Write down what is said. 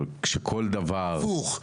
אבל כשכל הדבר --- הפוך.